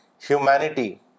humanity